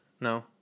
No